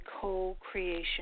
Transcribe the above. co-creation